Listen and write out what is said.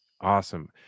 Awesome